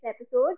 episode